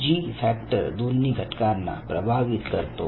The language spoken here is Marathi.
जी फॅक्टर दोन्ही घटकांना प्रभावित करतो